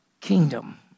kingdom